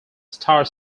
star